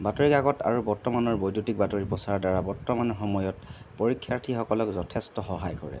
বাতৰি কাকত আৰু বৰ্তমানৰ বৈদ্যুতিক বাতৰি প্ৰচাৰৰ দ্বাৰা বৰ্তমানৰ সময়ত পৰীক্ষাৰ্থীসকলক সথেষ্ট সহায় কৰে